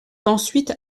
ensuite